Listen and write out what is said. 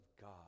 God